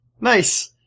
nice